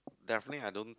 definitely I don't